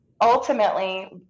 ultimately